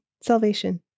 salvation